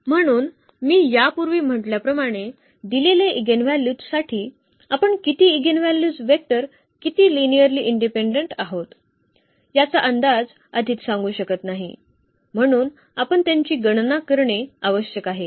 म्हणून मी यापूर्वी म्हटल्याप्रमाणे दिलेले ईगेनव्हल्यूज साठी आपण किती ईगेनव्हल्यूज वेक्टर किती लिनिअर्ली इंडिपेंडेंट आहोत याचा अंदाज आधीच सांगू शकत नाही म्हणून आपण त्यांची गणना करणे आवश्यक आहे